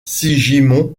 sigismond